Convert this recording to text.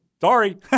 sorry